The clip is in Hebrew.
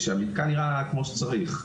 שהמתקן נראה כמו שצריך.